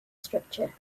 structure